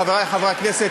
חברי חברי הכנסת,